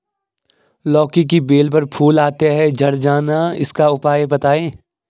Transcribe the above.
लौकी की बेल पर फूल आते ही झड़ जाना इसका उपाय बताएं?